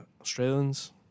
Australians